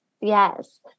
yes